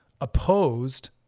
opposed